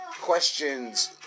questions